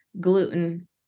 gluten